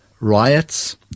riots